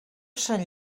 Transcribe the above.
sant